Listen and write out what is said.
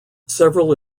several